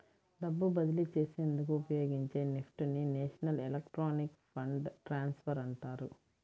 డబ్బు బదిలీ చేసేందుకు ఉపయోగించే నెఫ్ట్ ని నేషనల్ ఎలక్ట్రానిక్ ఫండ్ ట్రాన్స్ఫర్ అంటారు